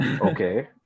Okay